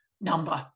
number